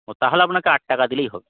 ও তাহলে আপনাকে আট টাকা দিলেই হবে